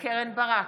קרן ברק,